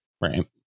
right